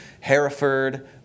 Hereford